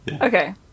Okay